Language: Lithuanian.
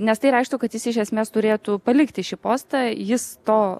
nes tai reikštų kad jis iš esmės turėtų palikti šį postą jis to